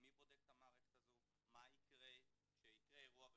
הפגיעה הקורעת לב בהם,